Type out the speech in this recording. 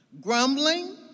grumbling